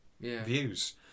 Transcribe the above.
Views